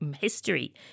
history